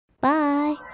Bye